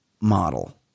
model